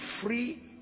free